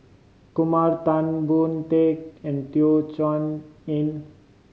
Kumar Tan Boon Teik and Teo Chee Hean